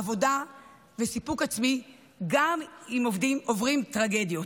עבודה וסיפוק עצמי גם אם עוברים טרגדיות.